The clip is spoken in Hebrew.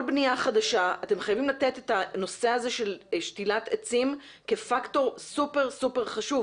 בנייה חדשה אתם חייבים לתת את הנושא הזה שתילת עצים כפקטור סופר חשוב.